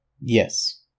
Yes